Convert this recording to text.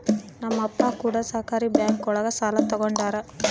ನಮ್ ಅಪ್ಪ ಕೂಡ ಸಹಕಾರಿ ಬ್ಯಾಂಕ್ ಒಳಗ ಸಾಲ ತಗೊಂಡಾರ